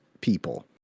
people